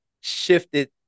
shifted